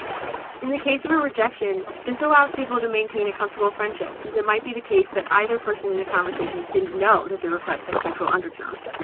in the case of a rejection, this allows people to maintain a comfortable friendship, since it might be the case that either person in the conversation didn't know the request had sexual undertones.